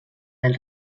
del